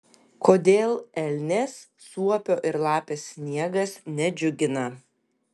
kodėl elnės suopio ir lapės sniegas nedžiugina